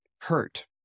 hurt